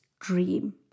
dream